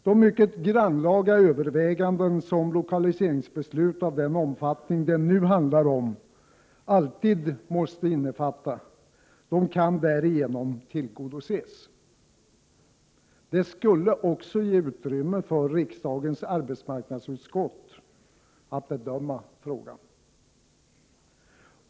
De mycket grannlaga överväganden som lokaliseringsbeslut av den omfattning det nu handlar om alltid måste innefatta kan därigenom tillgodoses. Det skulle också ge utrymme för riksdagens arbetsmarknadsutskott att bedöma frågan.